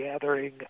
gathering